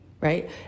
right